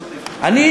נשאר.